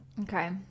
Okay